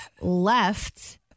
left